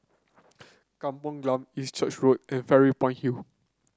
Kampong Glam East Church Road and Fairy Point Hill